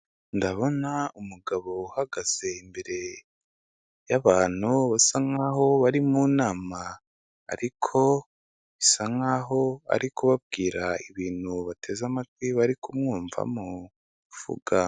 Ndabona umugabo uhagaze imbere yabantu, basa nkaho bari mu nama, ariko bisa nkaho ari kubabwira ibintu bateze amatwi bari kumwumvamo vuga.